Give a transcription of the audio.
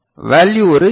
value ஒரு L